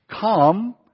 come